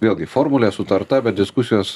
vėlgi formulė sutarta bet diskusijos